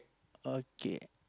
okay